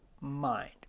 mind